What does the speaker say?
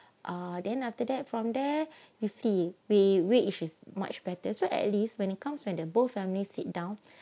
uh then after that from there you see we which is much better so at least when it comes when they're both families sit down